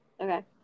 Okay